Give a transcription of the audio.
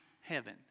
heaven